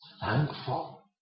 thankful